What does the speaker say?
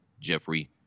Jeffrey